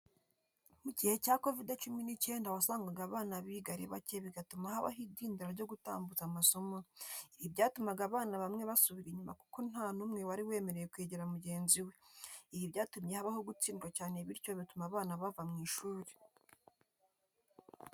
Mu gihe cya Covide cumi n'icyenda wasanganga abana biga ari bake bigatuma habaho idindira ryo gutambutsa amasomo, ibi byatumaga abana bamwe basubira inyuma kuko nta numwe wari wemerewe kwegera mugenzi we, ibi byatumye habaho gutsindwa cyane bityo bituma abana bava mu ishuri.